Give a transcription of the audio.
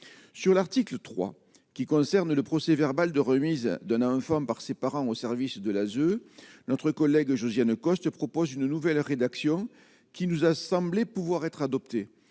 sur l'article 3 qui concerne le procès-verbal de remise de lymphome par ses parents au service de l'ASE notre collègue Josiane Costes propose une nouvelle rédaction qui nous a semblé pouvoir être adopté,